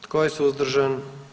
Tko je suzdržan?